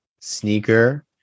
sneaker